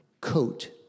coat